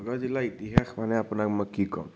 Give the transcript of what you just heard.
নগাওঁ জিলাৰ ইতিহাস মানে আপোনাক মই কি ক'ম